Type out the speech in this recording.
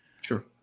sure